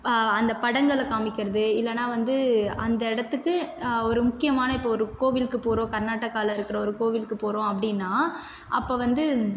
அந்த படங்களில் காமிக்கிறது இல்லைனா வந்து அந்த இடத்துக்கு ஒரு முக்கியமான கோவில்க்கு போகறோம் கர்நாடகாவில இருக்கிற ஒரு கோவிலுக்கு போகறோம் அப்படினா அப்போ வந்து